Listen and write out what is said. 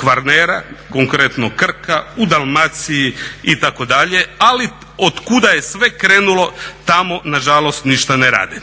Kvarnera, konkretno Krka, u Dalmaciji itd., ali otkupa je sve krenulo tamo nažalost ništa ne rade.